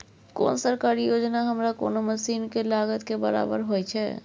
कोन सरकारी योजना हमरा कोनो मसीन के लागत के बराबर होय छै?